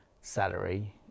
salary